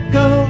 go